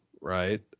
right